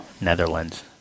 Netherlands